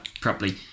properly